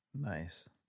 Nice